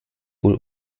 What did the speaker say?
wohl